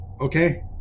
Okay